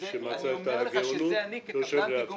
זה שמצא את הגאונות יושב לידך.